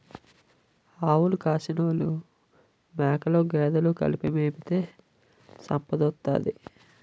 ఆవులు కాసినోలు మేకలు గేదెలు కలిపి మేపితే సంపదోత్తది